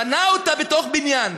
בנה אותה בתוך בניין,